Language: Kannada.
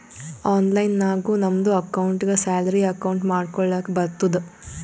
ಆನ್ಲೈನ್ ನಾಗು ನಮ್ದು ಅಕೌಂಟ್ಗ ಸ್ಯಾಲರಿ ಅಕೌಂಟ್ ಮಾಡ್ಕೊಳಕ್ ಬರ್ತುದ್